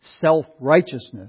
self-righteousness